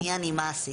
מי אני, מה עשיתי?